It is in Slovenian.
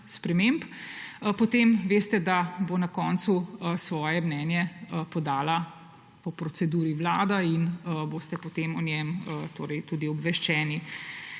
sprememb. Potem veste, da bo na koncu svoje mnenje podala po proceduri Vlada, in boste potem o njem tudi obveščeni.